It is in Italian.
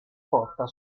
porta